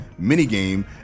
minigame